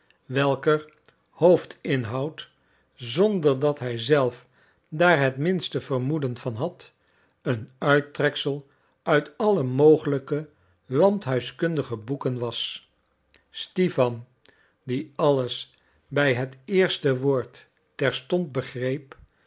welker hoofdinhoud zonder dat hij zelf daar het minste vermoeden van had een uittreksel uit alle mogelijke landhuishoudkundige boeken was stipan die alles bij het eerste woord terstond begreep